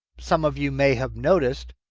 some of you may have noticed.